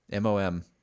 mom